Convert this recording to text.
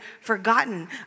forgotten